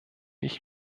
ich